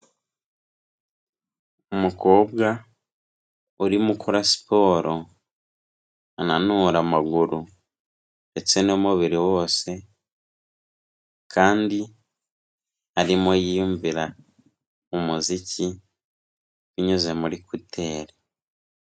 Umukobwa urimo ukora siporo ananura amaguru ndetse n'umubiri wose kandi arimo yiyumvira umuziki binyuze muri kuteri.